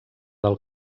del